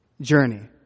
journey